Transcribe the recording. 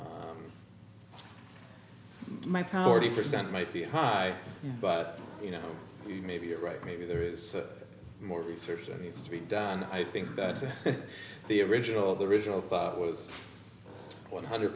e my power the percent might be high but you know maybe you're right maybe there is more research needs to be done i think that the original the original was one hundred